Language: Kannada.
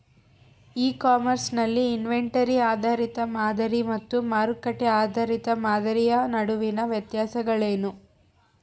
ಇ ಕಾಮರ್ಸ್ ನಲ್ಲಿ ಇನ್ವೆಂಟರಿ ಆಧಾರಿತ ಮಾದರಿ ಮತ್ತು ಮಾರುಕಟ್ಟೆ ಆಧಾರಿತ ಮಾದರಿಯ ನಡುವಿನ ವ್ಯತ್ಯಾಸಗಳೇನು?